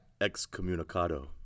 Excommunicado